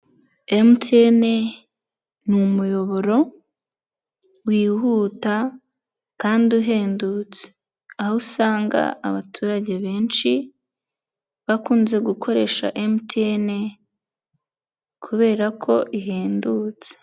MTN ni umuyoboro wihuta kandi uhendutse, aho usanga abaturage benshi bakunze gukoresha MTN kubera ko ihendutse.